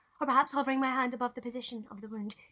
or perhaps hovering my hand above the position of the wound,